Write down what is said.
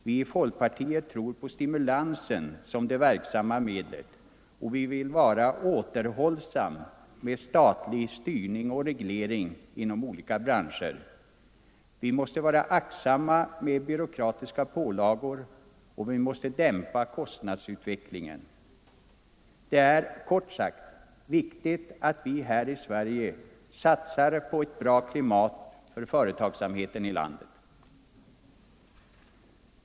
Vi inom folkpartiet tror på stimulansen som det verksamma medlet, och vi vill vara återhållsamma med statlig styrning och reglering inom olika branscher. Vi måste vara försiktiga med byråkratiska pålagor, och vi måste dämpa kostnadsutvecklingen. Det är, kort sagt, viktigt att vi här i Sverige satsar på ett bra klimat för företagsamheten i landet.